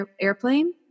airplane